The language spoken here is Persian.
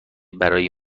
برای